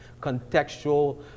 contextual